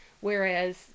Whereas